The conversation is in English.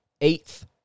eighth